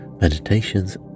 meditations